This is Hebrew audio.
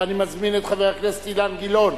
ואני מזמין את חבר הכנסת אילן גילאון